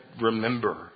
remember